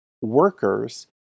workers